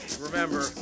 Remember